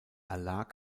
erlag